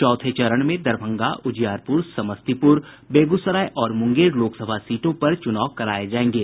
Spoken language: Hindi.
चौथे चरण में दरभंगा उजियारपूर समस्तीपूर बेगूसराय और मूंगेर लोकसभा सीटों पर चूनाव कराये जाएंगे